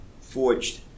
forged